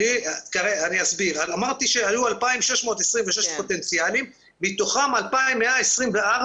אמרתי שהיו 2,626 פוטנציאלים מתוכם 2,124,